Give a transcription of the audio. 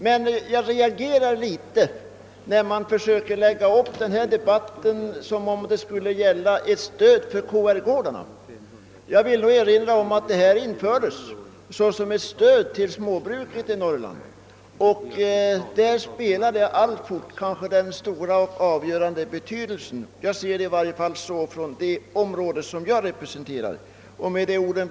Men jag reagerar en smula när man försöker lägga upp debatten som ett stöd för KR-gårdarna. Jag vill erinra om att tillägget infördes som ett stöd till småbruket i Norrland och där spelar det alltjämt en stor och avgörande roll; det visar i varje fall erfarenheterna från de områden jag företräder. Herr talman! Jag ber att få yrka bifall till reservationen.